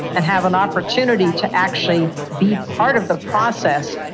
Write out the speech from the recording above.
and have an opportunity to actually be part of the process,